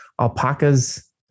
alpacas